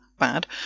Bad